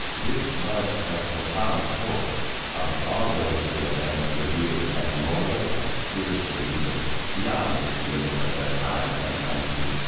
this was the profound hope of all those who have been revered as moral and spiritual leaders beyond the limits of their time and country,